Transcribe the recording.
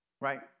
right